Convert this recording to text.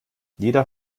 jeder